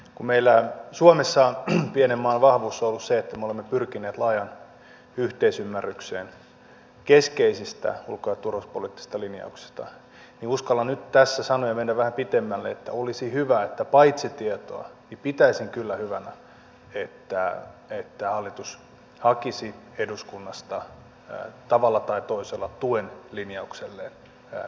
kun meillä suomessa pienen maan vahvuus on ollut se että me olemme pyrkineet laajaan yhteisymmärrykseen keskeisistä ulko ja turvallisuuspoliittisista linjauksista niin uskallan nyt tässä sanoa ja mennä vähän pitemmälle että pitäisin kyllä hyvänä että paitsi tietoa hallitus hakisi eduskunnasta tavalla tai toisella myös tuen linjaukselleen mitä tulee tämän avunantolausekkeen aktivoimiseen